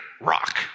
rock